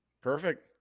Perfect